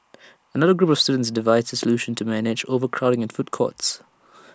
another group of students devised A solution to manage overcrowding in food courts